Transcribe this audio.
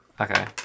Okay